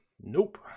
Nope